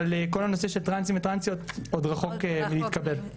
אבל כל הנושא של טרנסים וטרנסיות עדיין מאוד רחוק מלהתקבל בחברה הזו.